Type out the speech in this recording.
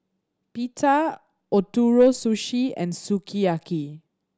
Pita Ootoro Sushi and Sukiyaki